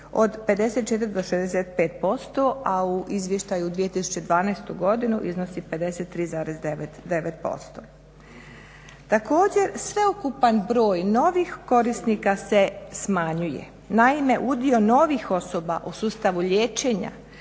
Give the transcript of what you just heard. od 54% do 65%, a u izvještaju 2012. godine iznosi 53,9%. Također, sveukupan broj novih korisnika se smanjuje, naime udio novih osoba u sustavu liječenja